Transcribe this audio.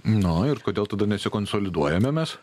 nu ir kodėl tada nesikonsoliduojame mes